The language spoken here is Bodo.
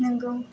नोंगौ